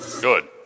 Good